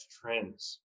trends